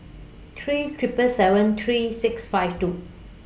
three seven seven seven three six five two